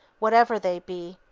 whatever they be,